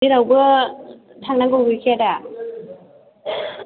जेरावबो थांनांगौ गैखाया दा